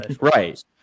Right